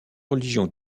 religions